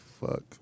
fuck